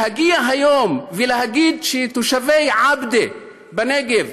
להגיע היום ולהגיד שתושבי עבדה בנגב